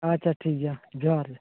ᱟᱪᱪᱷᱟ ᱴᱷᱤᱠ ᱜᱮᱭᱟ ᱡᱚᱦᱟᱨᱜᱮ